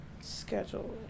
schedule